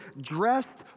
dressed